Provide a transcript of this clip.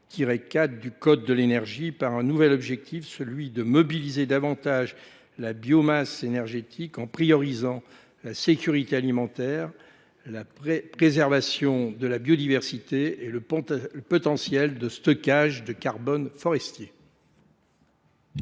100 4 du code de l’énergie par un nouvel objectif : mobiliser davantage la biomasse énergétique en faisant de la sécurité alimentaire, de la préservation de la biodiversité et du potentiel de stockage de carbone forestier